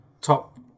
top